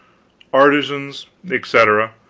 artisans, etc.